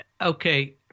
okay